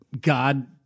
God